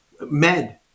Med